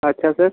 अच्छा सर